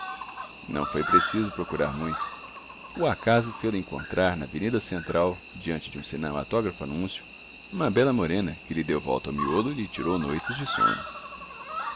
não foi preciso procurar muito o acaso fê-lo encontrar na avenida central diante de um cinematógrafo anúncio uma bela morena que lhe deu volta ao miolo e lhe tirou noites de sono